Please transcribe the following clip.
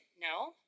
no